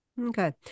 Okay